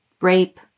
rape